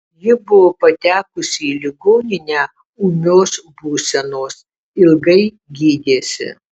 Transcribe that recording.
ji buvo patekusi į ligoninę ūmios būsenos ilgai gydėsi